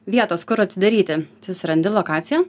vietos kur atidaryti susirandi lokaciją